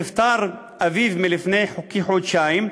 אביו נפטר לפני כחודשיים.